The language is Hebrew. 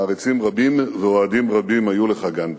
מעריצים רבים ואוהדים רבים היו לך, גנדי.